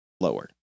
lower